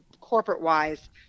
corporate-wise